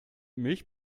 milch